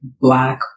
black